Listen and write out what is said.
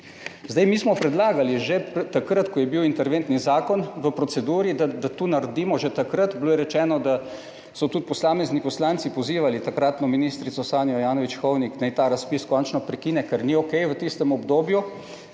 Zdaj, mi smo predlagali že takrat, ko je bil interventni zakon v proceduri, da to naredimo že takrat. Bilo je rečeno, da so tudi posamezni poslanci pozivali takratno ministrico Sanjo Ajanović Hovnik naj ta razpis končno prekine, ker ni okej. V tistem obdobju.